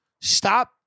Stop